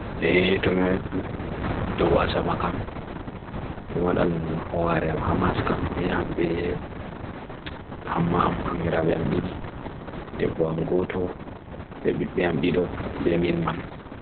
E he he to me do asama kam to modan hoa re hamas kam he han be hamma am amera ben am didi de bo am goto be ben am dido ben min man